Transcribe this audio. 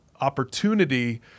opportunity—